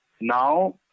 Now